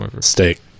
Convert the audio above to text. Steak